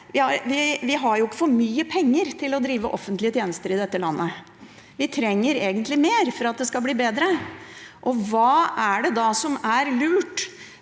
har for mye penger til å drive offentlige tjenester i dette landet; vi trenger egentlig mer for at det skal bli bedre. Hva er det da som er lurt